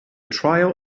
trio